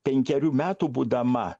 penkerių metų būdama